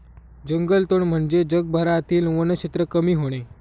जंगलतोड म्हणजे जगभरातील वनक्षेत्र कमी होणे